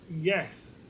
Yes